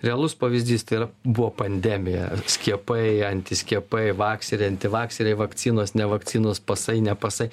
realus pavyzdys tai yra buvo pandemija skiepai antiskiepai vakseriai antivakseriai vakcinos nevakcinos pasai nepasai